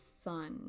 sun